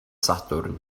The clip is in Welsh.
sadwrn